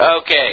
Okay